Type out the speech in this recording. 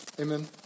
Amen